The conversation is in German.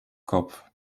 kopf